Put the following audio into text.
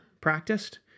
practiced